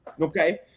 okay